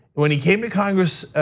when he came to congress,